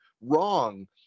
wrong